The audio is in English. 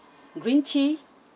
green tea